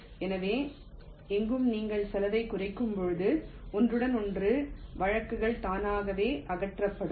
எனவே எங்கும் நீங்கள் செலவைக் குறைக்கும்போது ஒன்றுடன் ஒன்று வழக்குகள் தானாகவே அகற்றப்படும்